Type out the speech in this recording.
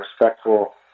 respectful